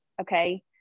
Okay